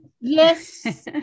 Yes